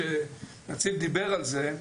הנציב דיבר על זה,